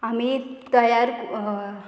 आमी तयार